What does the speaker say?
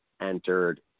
entered